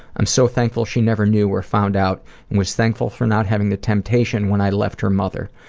i'm so thankful she never knew or found out and was thankful for not having the temptation when i left her mother.